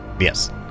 Yes